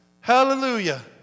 hallelujah